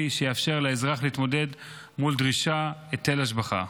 שיאפשר לאזרח להתמודד מול דרישת היטל השבחה.